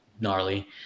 gnarly